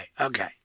okay